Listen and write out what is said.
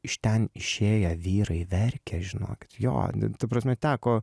iš ten išėję vyrai verkia žinokit jo ta prasme teko